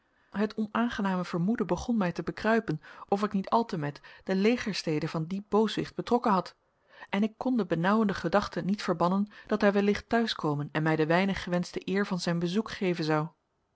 het onaangename vermoeden begon mij te bekruipen of ik niet altemet de legerstede van dien booswicht betrokken had en ik kon de benauwende gedachte niet verbannen dat hij wellicht te huis komen en mij de weinig gewenschte eer van zijn bezoek geven zou